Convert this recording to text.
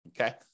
Okay